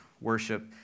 worship